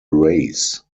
race